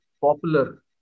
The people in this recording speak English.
popular